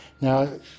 Now